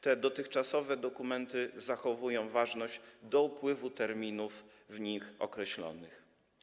Te dotychczasowe dokumenty zachowują ważność do upływu terminów w nich określonych.